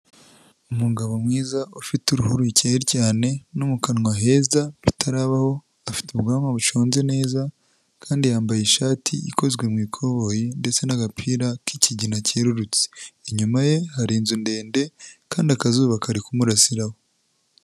Umugabo mwiza ufite uruhu rukeye cyane no mu kanwa heza rutarabaho, afite ubwanwa buconze neza kandi yambaye ishati ikozwe mu igoboyi ndetse n'agapira k'ikigina cyerurutse, inyuma ye hari inzu ndende kandi akazuba kari kumurasiraraho.